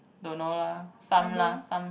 don't know lah some lah some